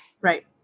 Right